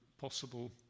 possible